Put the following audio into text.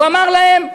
הוא אמר להם: